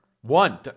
One